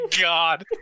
God